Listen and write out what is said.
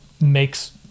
makes